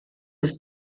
des